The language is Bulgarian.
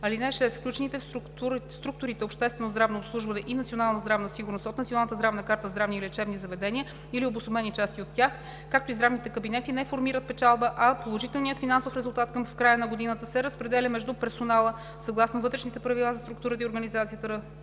(6) Включените в структурите „Обществено здравно обслужване“ и „Национална здравна сигурност“ от Националната здравна карта здравни и лечебни заведения или обособени части от тях, както и здравните кабинети, не формират печалба, а положителният финансов резултат в края на годината се разпределя между персонала съгласно Вътрешните правила за структурата и организацията